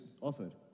offered